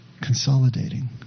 Consolidating